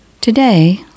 Today